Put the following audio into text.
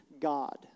God